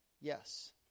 Yes